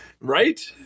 Right